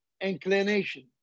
inclination